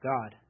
God